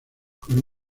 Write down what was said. con